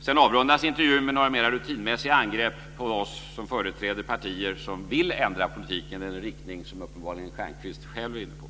Sedan avrundas intervjun med några mer rutinmässiga angrepp på oss som företräder partier som vill ändra politiken i den riktning som Stjernkvist själv uppenbarligen är inne på.